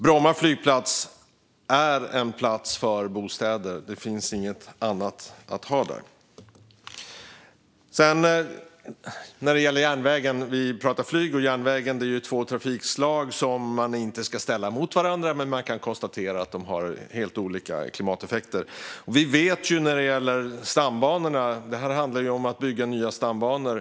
Bromma flygplats är en plats för bostäder. Det finns inget annat att ha där. Flyg och järnväg är två trafikslag som man inte ska ställa mot varandra, men man kan konstatera att de har helt olika klimateffekter. När det gäller tåget handlar det ju om att bygga stambanor.